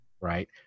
right